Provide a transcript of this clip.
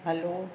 hello